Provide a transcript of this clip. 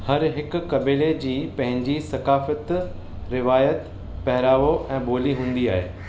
हर हिकु कबीले जी पंहिंजी सकाफत रिवायत पहिरावो ऐं ॿोली हूंदी आह्रे